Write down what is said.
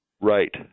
Right